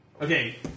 okay